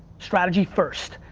strategy first.